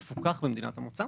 מפוקח במדינת המוצא.